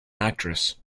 actress